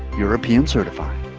european certified.